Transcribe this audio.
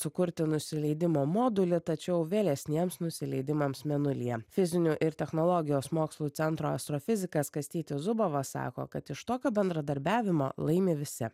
sukurti nusileidimo modulį tačiau vėlesniems nusileidimams mėnulyje fizinių ir technologijos mokslų centro astrofizikas kastytis zubovas sako kad iš tokio bendradarbiavimo laimi visi